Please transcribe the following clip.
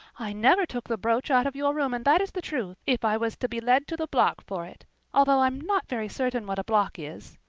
i never took the brooch out of your room and that is the truth, if i was to be led to the block for it although i'm not very certain what a block is.